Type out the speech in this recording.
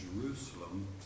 Jerusalem